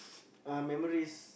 uh memories